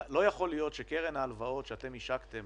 לא יכול להיות שקרן ההלוואות שאתם השקתם